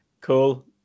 Cool